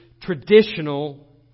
traditional